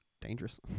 dangerous